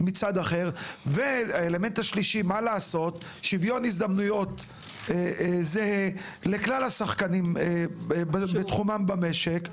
מצד שני; וכדי ליצור שוויון הזדמנויות זהה לכלל השחקנים בתחומם במשק,